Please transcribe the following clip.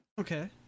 okay